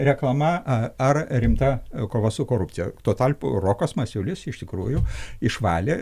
reklama a ar rimta kova su korupcija tuo tarpu rokas masiulis iš tikrųjų išvalė